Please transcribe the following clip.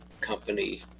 company